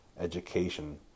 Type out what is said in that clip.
education